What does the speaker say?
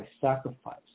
sacrifice